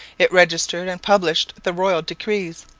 it registered and published the royal decrees,